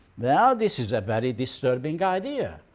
well, this is a very disturbing idea.